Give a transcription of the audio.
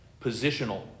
positional